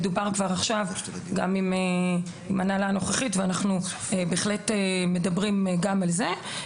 זה מדובר כבר עכשיו גם עם ההנהלה הנוכחית ואנחנו בהחלט מדברים גם על זה.